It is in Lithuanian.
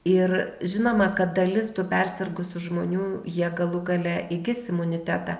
ir žinoma kad dalis tų persirgusių žmonių jie galų gale įgis imunitetą